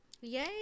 yay